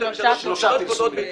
שלושה פרסומים.